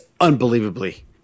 unbelievably